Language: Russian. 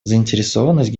заинтересованность